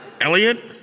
Elliot